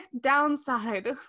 downside